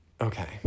Okay